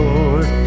Lord